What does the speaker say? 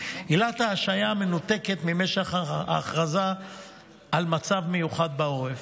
עילת ההשעיה מנותקת ממשך ההכרזה על מצב מיוחד בעורף,